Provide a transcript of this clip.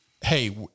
Hey